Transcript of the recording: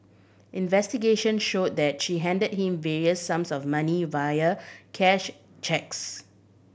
investigations showed that she handed him various sums of money via cash cheques